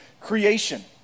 creation